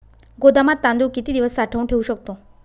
गोदामात तांदूळ किती दिवस साठवून ठेवू शकतो?